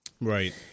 right